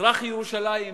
במזרח-ירושלים ובגולן,